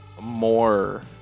more